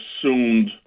assumed